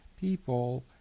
people